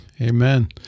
amen